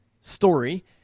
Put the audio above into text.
story